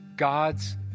God's